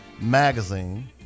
magazine